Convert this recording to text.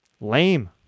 Lame